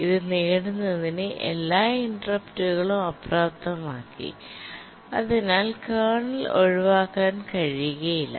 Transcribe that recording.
ഇത് നേടുന്നതിന് എല്ലാ ഇന്റെർപ്റ്റുകളും അപ്രാപ്തമാക്കി അതിനാൽ കേർണൽ ഒഴിവാക്കാൻ കഴിയില്ല